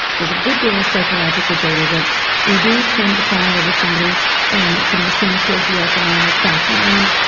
there's a good deal of psychological data that we do tend to fall in love with somebody from the same socioeconomic background,